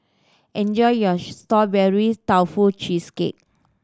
enjoy your Strawberry Tofu Cheesecake